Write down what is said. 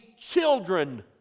children